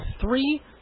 three